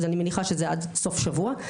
אז אני מניחה שזה עד סוף שבוע.